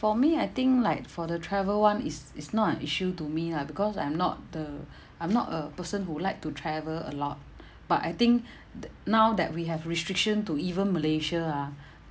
for me I think like for the travel [one] it's it's not an issue to me lah because I'm not the I'm not a person who like to travel a lot but I think the now that we have restriction to even malaysia ah